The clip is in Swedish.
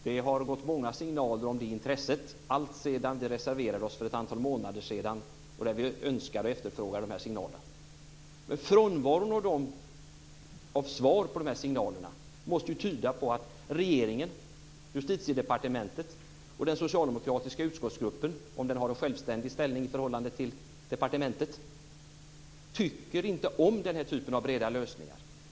Det har gått många signaler om det intresset alltsedan vi reserverade oss för ett antal månader sedan och önskade och efterfrågade de här signalerna. Men frånvaron av signaler måste ju tyda på att regeringen, Justitiedepartementet och den socialdemokratiska utskottsgruppen - om den har någon självständig ställning i förhållande till departementet - inte tycker om den här typen av breda lösningar.